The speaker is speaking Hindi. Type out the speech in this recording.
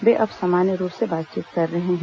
वे अब सामान्य रूप से बातचीत कर रहे हैं